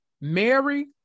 mary